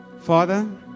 Father